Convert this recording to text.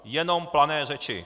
Jenom plané řeči.